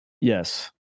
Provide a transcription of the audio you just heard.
Yes